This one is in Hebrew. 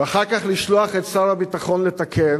ואחר כך לשלוח את שר הביטחון לתקן,